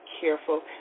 Careful